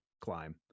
climb